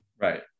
Right